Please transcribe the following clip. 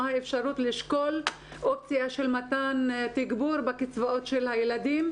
מה האפשרות לשקול אופציה של מתן תגבור בקצבאות של הילדים,